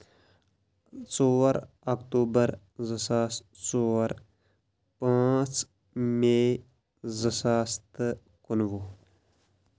ژور اکتوبَر زٕ ساس ژور پانژھ میے زٕ ساس تہٕ کُنہٕ وُہ